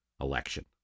election